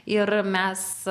ir mes